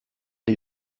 die